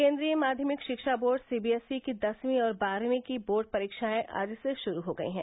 केन्द्रीय माध्यमिक शिक्षा बोर्ड सीबीएसई की दसवीं और बारहवीं की बोर्ड परीक्षाएं आज से शुरू हो गई हैं